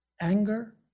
anger